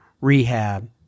rehab